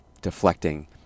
deflecting